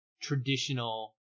Traditional